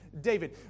David